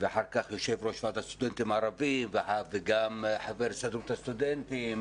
ואחר כך יושב-ראש ועד הסטודנטים הערבים וגם חבר הסתדרות הסטודנטים